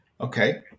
okay